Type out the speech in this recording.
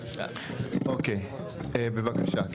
אוקיי, בבקשה.